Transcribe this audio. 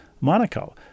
Monaco